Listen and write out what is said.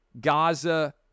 Gaza